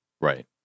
right